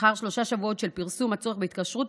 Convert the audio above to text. לאחר שלושה שבועות של פרסום הצורך בהתקשרות,